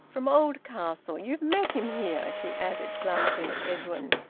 from oldcastle. you've met him here, she added, glancing at edwin.